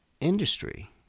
industry